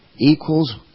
equals